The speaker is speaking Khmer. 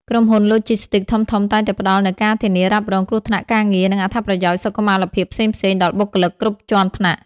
ក្រុមហ៊ុនឡូជីស្ទីកធំៗតែងតែផ្តល់នូវការធានារ៉ាប់រងគ្រោះថ្នាក់ការងារ និងអត្ថប្រយោជន៍សុខុមាលភាពផ្សេងៗដល់បុគ្គលិកគ្រប់ជាន់ថ្នាក់។